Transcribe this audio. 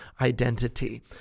identity